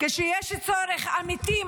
כשיש צורך אמיתי,